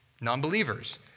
non-believers